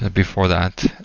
ah before that,